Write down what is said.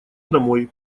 домой